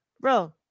bro